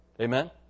Amen